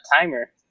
timer